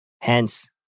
Hence